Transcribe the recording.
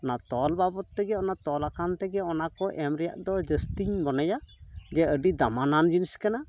ᱚᱱᱟ ᱛᱚᱞ ᱵᱟᱵᱚᱛ ᱛᱮᱜᱮ ᱚᱱᱟ ᱛᱚᱞ ᱟᱠᱟᱱ ᱛᱮᱜᱮ ᱚᱱᱟ ᱠᱚ ᱮᱢ ᱨᱮᱭᱟᱜ ᱫᱚ ᱡᱟᱹᱥᱛᱤᱧ ᱢᱚᱱᱮᱭᱟ ᱡᱮ ᱟᱹᱰᱤ ᱫᱟᱢᱟᱱᱟᱱ ᱡᱤᱱᱤᱥ ᱠᱟᱱᱟ